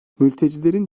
mültecilerin